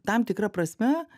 tam tikra prasme